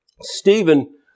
Stephen